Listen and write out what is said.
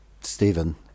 Stephen